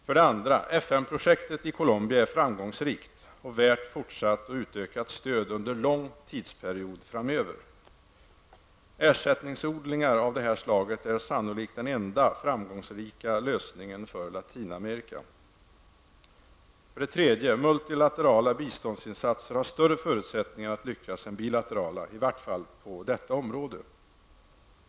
För det andra är FN-projektet i Colombia framgångsrikt och värt fortsatt och utökat stöd under lång tidsperiod framöver. Ersättningsodlingar av detta slag är sannolikt den enda framgångsrika lösningen för Latinamerika. För det tredje har multilaterala biståndsinsatser större förutsättningar att lyckas än bilaterala -- i varje fall på detta område.